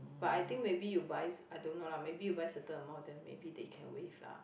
but I think maybe you buy I don't know lah maybe you buy certain amount then maybe they can waive lah